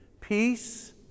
Peace